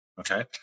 Okay